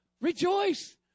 Rejoice